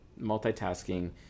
multitasking